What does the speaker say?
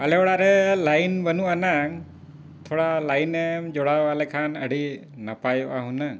ᱟᱞᱮ ᱚᱲᱟᱜ ᱨᱮ ᱞᱟᱭᱤᱱ ᱵᱟᱹᱱᱩᱜ ᱟᱱᱟᱝ ᱛᱷᱚᱲᱟ ᱞᱟᱭᱤᱱ ᱮᱢ ᱡᱚᱲᱟᱣ ᱟᱞᱮ ᱠᱷᱟᱱ ᱟᱹᱰᱤ ᱱᱟᱯᱟᱭᱚᱜᱼᱟ ᱦᱩᱱᱟᱹᱝ